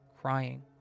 crying